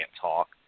talk